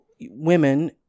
women